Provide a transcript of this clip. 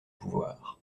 pouvoir